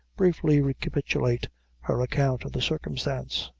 briefly recapitulate her account of the circumstance.